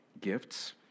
gifts